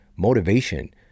motivation